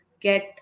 get